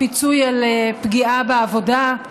הפיצוי על פגיעה בעבודה,